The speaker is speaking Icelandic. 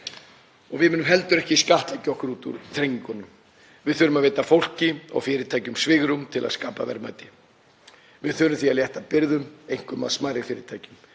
Við munum heldur ekki skattleggja okkur út úr þrengingunum. Við þurfum að veita fólki og fyrirtækjum svigrúm til að skapa verðmæti. Við þurfum því að létta byrðum, einkum af smærri fyrirtækjum,